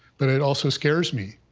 but it also scares me.